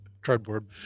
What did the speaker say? cardboard